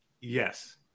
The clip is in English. yes